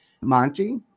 Monty